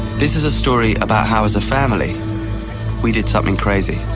this is a story about how as a family we did something crazy,